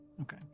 Okay